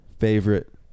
Favorite